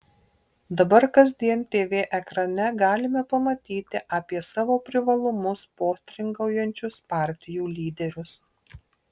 dabar kasdien tv ekrane galima pamatyti apie savo privalumus postringaujančius partijų lyderius